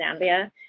Zambia